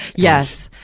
yes.